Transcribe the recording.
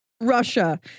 Russia